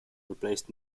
replaced